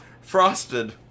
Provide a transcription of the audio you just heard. Frosted